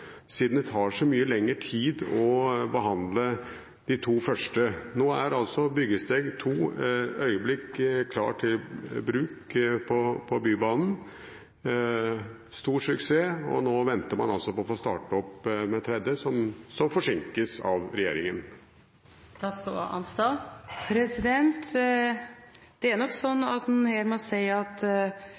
siden det tar så mye lenger tid å behandle byggetrinn 3 enn de to første? Nå er byggetrinn 2 øyeblikkelig klart til bruk på Bybanen. Det har vært en stor suksess, og nå venter man altså på å få starte opp med byggetrinn 3, som forsinkes av regjeringen. Det er nok slik at en her må si at